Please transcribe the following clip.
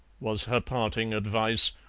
was her parting advice,